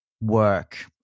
work